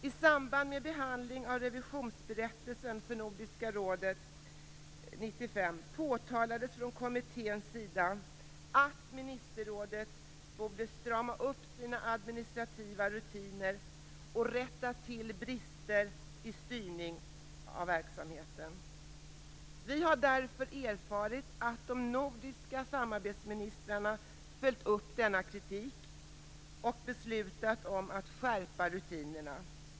I samband med behandlingen av revisionsberättelsen för Nordiska ministerrådet 1995 påtalades från kommitténs sida att ministerrådet borde strama upp sina administrativa rutiner och rätta till brister i styrningen av verksamheten. Vi har därefter erfarit att de nordiska samarbetsministrarna följt upp denna kritik och beslutat om skärpta rutiner.